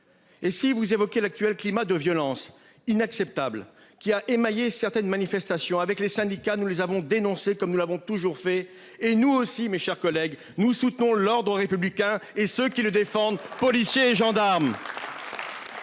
Et si vous évoquez l'actuel climat de violence inacceptable qui a émaillé certaines manifestations avec les syndicats. Nous les avons dénoncé comme nous l'avons toujours fait et nous aussi, mes chers collègues, nous soutenons l'ordre républicain et ceux qui le défendent. Policiers et Jean. Armes.